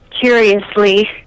curiously